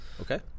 Okay